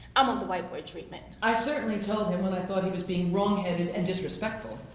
um um the white boy treatment. i certainly told him when i thought he was being wrong headed and disrespectful.